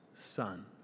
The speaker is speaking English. Son